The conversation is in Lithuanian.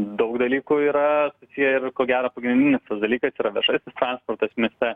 daug dalykų yra tie ir ko gero pagrindinis dalykas yra viešasis transportas mieste